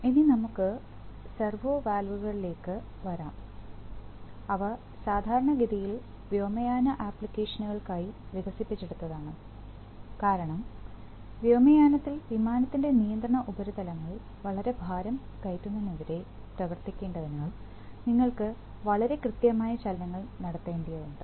ഇനി നമുക്ക് സെർവോ വാൽവുകളിലേക്ക് വരാം അവസാധാരണഗതിയിൽ വ്യോമയാന ആപ്ലിക്കേഷനുകൾക്കായി വികസിപ്പിച്ചെടുത്തതാണ് കാരണം വ്യോമയാനത്തിൽ വിമാനത്തിൻറെ നിയന്ത്രണ ഉപരിതലങ്ങൾ വളരെ ഭാരം എൻറെ കയറുന്നതിനെതിരെ പ്രവർത്തിക്കുന്നതിനാൽ നിങ്ങൾ വളരെ കൃത്യമായ ചലനങ്ങൾ നടത്തേണ്ടതുണ്ട്